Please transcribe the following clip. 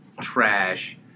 trash